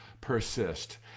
persist